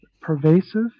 pervasive